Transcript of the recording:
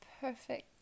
perfect